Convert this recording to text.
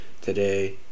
today